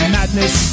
Madness